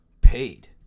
paid